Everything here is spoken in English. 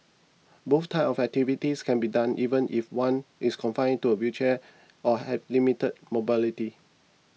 both types of activities can be done even if one is confined to a wheelchair or have limited mobility